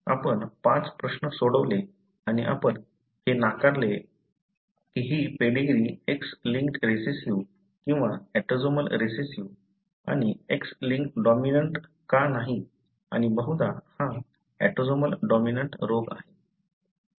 आपण पाच प्रश्न सोडवले आणि आपण हे नाकारले की ही पेडीग्री X लिंक्ड रिसेसिव्ह किंवा ऑटोसोमल रिसेसिव्ह आणि X लिंक्ड डॉमिनंट का नाही आणि बहुधा हा ऑटोसोमल डोमिनंट रोग आहे